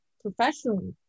professionally